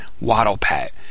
waddle-pat